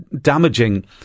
damaging